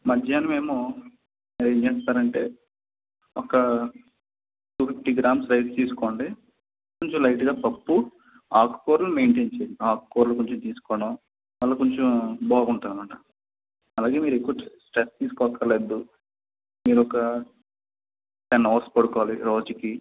మధ్యాహ్నమేమో ఏం చేస్తారంటే ఒక టూ ఫిఫ్టీ గ్రామ్స్ రైస్ తీసుకోండి కొంచెం లైట్గా పప్పు ఆకుకూరలు మెయిన్టైన్ చెయ్యండి ఆకుకూరలు కొంచెం తీసుకోవడం వల్ల కొంచెం బాగుంటుందన్నమాట అలాగే మీరు ఎక్కువ స్ట్రెస్ తీసుకోక్కర్లెద్దు మీరొక టెన్ అవర్స్ పడుకోవాలి రోజుకి